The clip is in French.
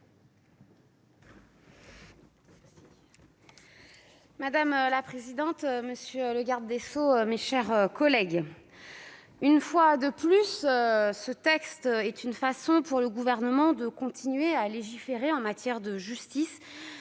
Madame la présidente, monsieur le garde des sceaux, mes chers collègues, une fois de plus, ce texte illustre la façon dont le Gouvernement continue de légiférer en matière de justice